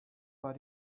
war